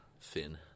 Thin